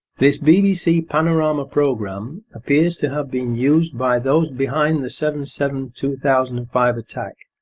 this bbc panorama programme appears to have been used by those behind the seven seven two thousand and five attack,